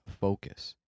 focus